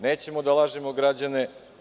Nećemo da lažemo građane.